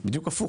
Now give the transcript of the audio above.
בדיוק הפוך.